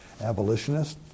Abolitionists